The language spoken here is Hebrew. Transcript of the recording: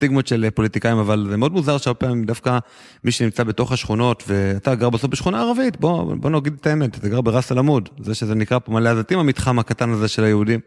סטיגמות של פוליטיקאים, אבל זה מאוד מוזר שהרבה פעמים דווקא מי שנמצא בתוך השכונות ואתה גר בסוף בשכונה הערבית, בוא נגיד את האמת, אתה גר בראס אל עמוד זה שזה נקרא פה מעלה הזיתים, המתחם הקטן הזה של היהודים